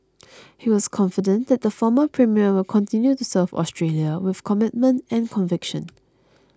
he was confident that the former premier will continue to serve Australia with commitment and conviction